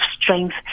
strength